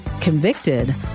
convicted